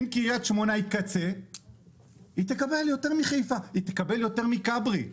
כך שקריית שמונה תקבל יותר מחיפה ואפילו יותר מכברי.